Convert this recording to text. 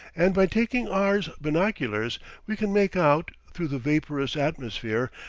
and by taking r s binoculars we can make out, through the vaporous atmosphere,